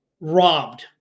robbed